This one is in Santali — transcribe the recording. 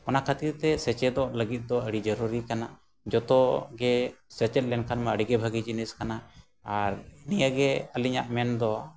ᱚᱱᱟ ᱠᱷᱟᱹᱛᱤᱨᱛᱮ ᱥᱮᱪᱮᱫᱚᱜ ᱞᱟᱹᱜᱤᱫ ᱫᱚ ᱟᱹᱰᱤ ᱡᱟᱹᱨᱩᱨᱤ ᱠᱟᱱᱟ ᱡᱚᱛᱚ ᱜᱮ ᱥᱮᱪᱮᱫ ᱞᱮᱱᱠᱷᱟᱱᱢᱟ ᱟᱹᱰᱤᱜᱮ ᱵᱷᱟᱹᱜᱤ ᱡᱤᱱᱤᱥ ᱠᱟᱱᱟ ᱟᱨ ᱱᱤᱭᱟᱹᱜᱮ ᱟᱹᱞᱤᱧᱟᱜ ᱢᱮᱱᱫᱚ